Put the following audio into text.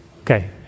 Okay